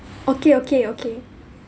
okay okay okay